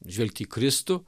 žvelgt į kristų